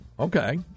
Okay